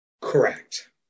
Correct